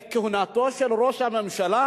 כהונתו של ראש הממשלה,